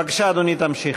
בבקשה, אדוני, תמשיך.